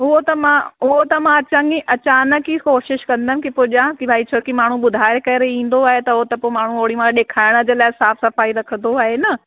उहो त मां उहो त मां चङी अचानक ई कोशिशि कंदमि की पुॼा की भई छो की माण्हू ॿुधाए करे ईंदो आहे त हो त पोइ माण्हू ओॾी महिल ॾेखारण जे लाइ साफ़ सफ़ाई रखंदो आहे न